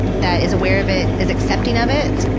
that is aware of it, is accepting of it,